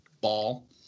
ball